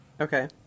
Okay